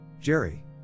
Jerry